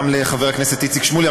גם לחבר הכנסת איציק שמולי.